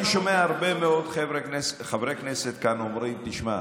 אני שומע הרבה מאוד חברי כנסת כאן אומרים: תשמע,